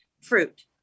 fruit